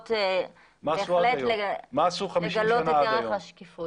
באות בהחלט לגלות את ערך השקיפות.